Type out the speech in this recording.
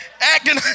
Acting